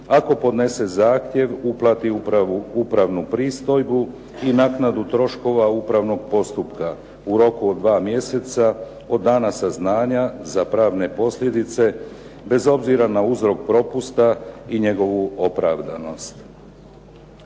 ako podnese zahtjev, uplati upravnu pristojbu i naknadu troškova upravnog postupka u roku od dva mjeseca od dana saznanja za pravne posljedice bez obzira na uzrok propusta i njegovu opravdanost.